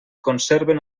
conserven